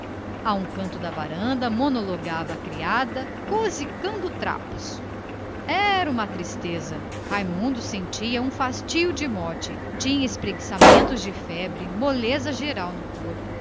a um canto da varanda resmungava a criada cosicando trapos o rapaz sentia um fastio de morte tinha espreguiçamentos de febre moleza geral no corpo